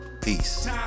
Peace